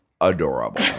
adorable